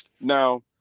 now